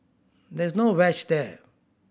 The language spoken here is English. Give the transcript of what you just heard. there is no wedge there